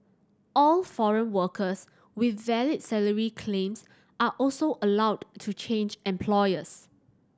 all foreign workers with valid salary claims are also allowed to change employers